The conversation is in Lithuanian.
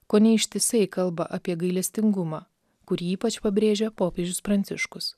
kone ištisai kalba apie gailestingumą kurį ypač pabrėžia popiežius pranciškus